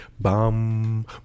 bum